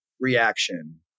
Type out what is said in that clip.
reaction